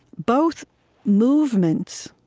both movements,